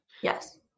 Yes